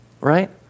right